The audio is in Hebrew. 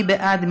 מי בעד?